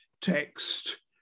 text